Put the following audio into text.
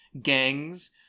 gangs